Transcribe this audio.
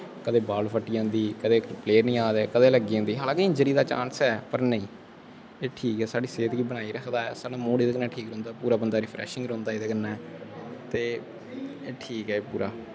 कदैं बाल फट्टी जंदी कदैं प्लेयर नेईं अंदे कदैं लग्गी जंदी हालां कि इजरी दा चांस ऐ पर नेईं एह् ठीक ऐ साढ़ी सेह्त गी बनाइयै रखदा ऐ साढ़ा मूड़ ठीक रौंह्दा एह्दै कन्नै पूरा बंदा रिफ्रैश रौंह्दा एह्दै कन्नै ते ठीक ऐ पूरा